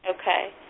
Okay